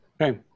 Okay